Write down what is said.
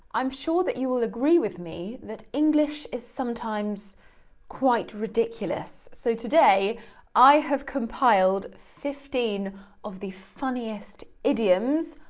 i'm sure that you will agree with me that english is sometimes quite ridiculous. so today i have compiled fifteen of the funniest idioms,